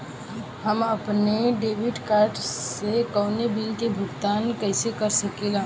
हम अपने debit card से कउनो बिल के भुगतान कइसे कर सकीला?